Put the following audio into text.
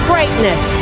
greatness